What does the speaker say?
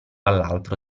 all’altro